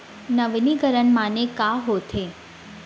नवीनीकरण माने का होथे?